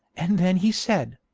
and then he said